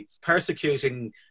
persecuting